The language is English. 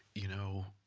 you know,